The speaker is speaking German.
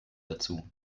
dazu